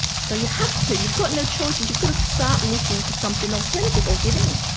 so you have to, you've got no choices, you've got to start looking for something alternative or give in.